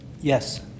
Yes